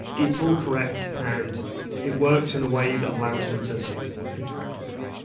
it's all correct, and it works in a way that allows me to sort of interact with it.